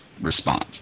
response